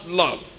love